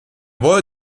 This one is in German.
wurde